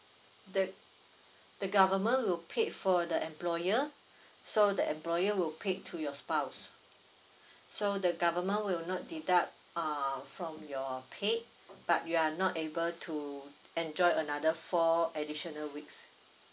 the the government will paid for the employer so the employee who paid to your spouse so the government will not deduct uh from your paid but you are not able to enjoy another four additional weeks